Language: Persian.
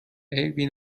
عیبی